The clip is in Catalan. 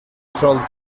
sol